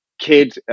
kid